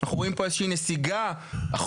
אנחנו רואים פה איזושהי נסיגה אחורה,